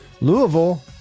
Louisville